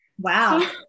Wow